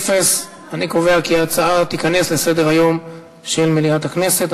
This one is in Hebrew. אני קובע כי ההצעה תיכנס לסדר-היום של מליאת הכנסת.